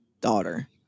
daughter